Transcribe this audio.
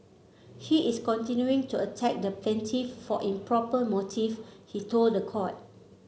he is continuing to attack the plaintiff for improper motive he told the court